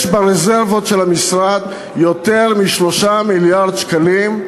יש ברזרבות של המשרד יותר מ-3 מיליארד שקלים.